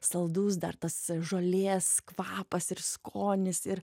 saldus dar tas žolės kvapas ir skonis ir